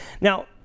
Now